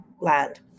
land